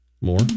more